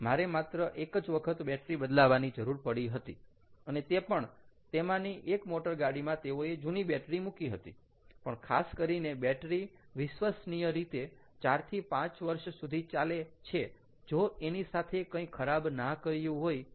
મારે માત્ર એક જ વખત બેટરી બદલાવાની જરૂર પડી હતી અને તે પણ તેમાંની એક મોટરગાડીમાં તેઓએ જુની બેટરી મૂકી હતી પણ ખાસ કરીને બેટરી વિશ્વસનીય રીતે 4 થી 5 વર્ષ સુધી ચાલે છે જો એની સાથે કંઈ ખરાબ ના કર્યું હોય તો